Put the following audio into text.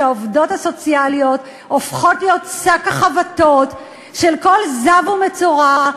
שהעובדות הסוציאליות הופכות להיות שק החבטות של כל זב ומצורע.